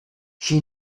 she